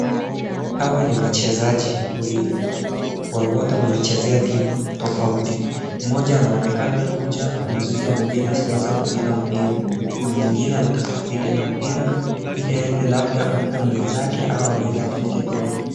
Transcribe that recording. Hawa ni wachezaji wawili. Wote wanachezea timu tofauti. Mmoja anaonekana kuja kumzuia mwingine asiweze kupita mpira. Na mwingine anataka kupita na mpira, ili aende labda ampe mwenzake, au aende afunge goli .